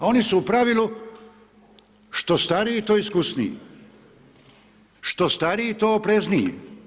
Oni su u pravilu što stariji to iskusniji, što stariji to oprezniji.